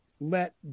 let